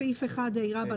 סעיף 1ה רבא,